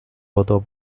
voto